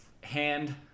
hand